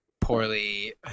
poorly